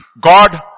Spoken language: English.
God